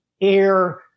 air